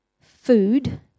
food